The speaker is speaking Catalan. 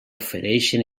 ofereixen